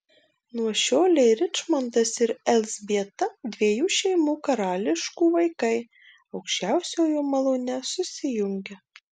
nuo šiolei ričmondas ir elzbieta dviejų šeimų karališkų vaikai aukščiausiojo malone susijungia